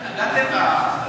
התנגדתם להחלטה?